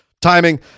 timing